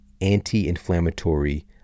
anti-inflammatory